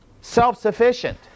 self-sufficient